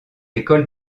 écoles